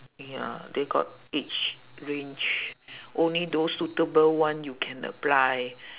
ya they got age range only those suitable one you can apply